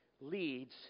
leads